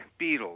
Beatles